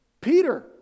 Peter